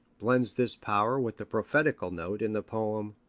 blends this power with the prophetical note in the poem,